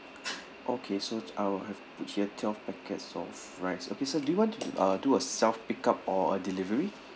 okay so I'll have put here twelve packets of rice okay sir do you want uh do a self pick up or a delivery